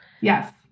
Yes